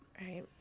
right